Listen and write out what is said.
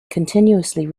continuously